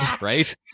right